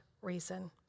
reason